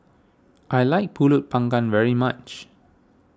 I like Pulut Panggang very much